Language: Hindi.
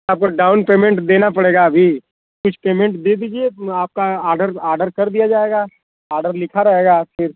आपको डाउन पेमेंट देना पड़ेगा अभी कुछ पेमेंट दे दीजिए मैं आपका आर्डर आर्डर कर दिया जाएगा आर्डर लिखा रहेगा या फिर